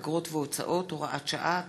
אגרות והוצאות (הוראת שעה),